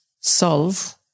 solve